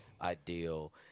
Ideal